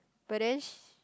but then she